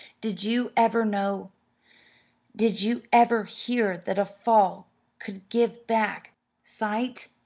did you ever know did you ever hear that a fall could give back sight?